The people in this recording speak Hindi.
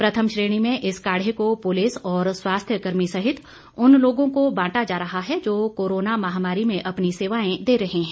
प्रथम श्रेणी में इस काढ़े को पुलिस और स्वास्थ्य कर्मी सहित उन लोगों को बांटा जा रहा है जो कोरोना महामारी में अपनी सेवाएं दे रहे हैं